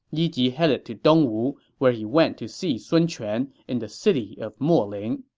yi ji headed to dongwu, where he went to see sun quan in the city of moling.